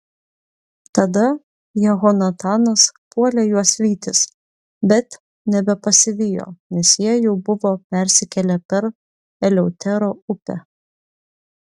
tada jehonatanas puolė juos vytis bet nebepasivijo nes jie jau buvo persikėlę per eleutero upę